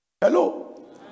hello